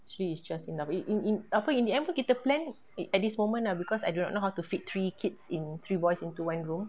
three is just enough in in in apa in the end pun kita plan at this moment ah because I don't know how to fit three kids in three boys into one room